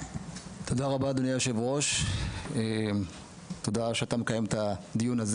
תודה, אדוני היושב-ראש, תודה עבור קיום הדיון.